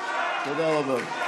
תודה רבה.